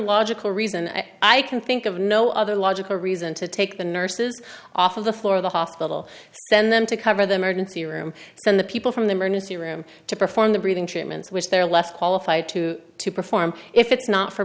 logical reason i can think of no other logical reason to take the nurses off of the floor of the hospital send them to cover the emergency room than the people from the emergency room to perform the breathing treatments which they're less qualified to to perform if it's not for